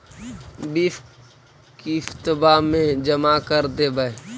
बिस किस्तवा मे जमा कर देवै?